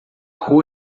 rua